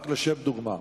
רק לשם דוגמה,